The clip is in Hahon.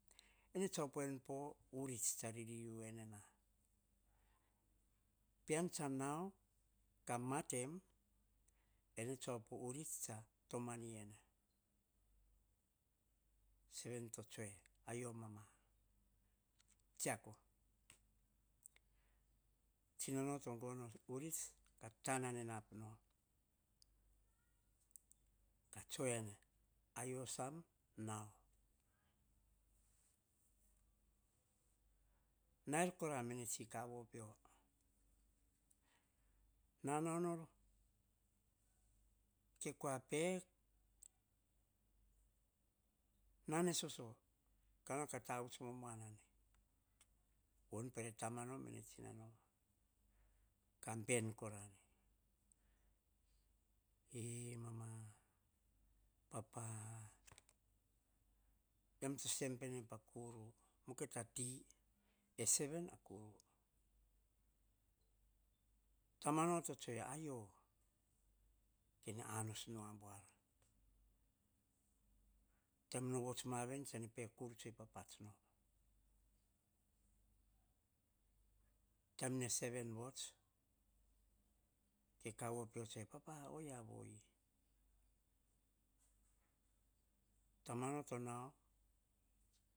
Tsa opuem pa units tsa ririu na pean tsa nau ka matem, ene tsa op o urits tsa tomani. Seven to tsue ene, ayio mama tsiako. Tsinano to gono urits, tanana ap no, ka tsue ene yio sam nau, nair kora me ne tsi kauvo pio. Na nau nor, ke kua pe nane soso, ka tavuts momuan na ne vo pe tamno mene tsinano, ka ben korane e, e mama papa, yiam to se em pene pa kuru. Kita ti, seven a kuru. Tamano to tsue ene, ayio, kene anos nu ambuar. Taim no vots ma ven, kene kurits suei pa ap no. Taim ne seven vots, ke kauvo pio tsue, oyia vo hi tamano to nau,